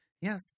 Yes